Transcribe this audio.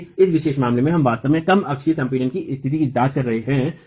इसलिए इस विशेष मामले में हम वास्तव में कम अक्षीय संपीड़न की स्थिति की जांच कर रहे हैं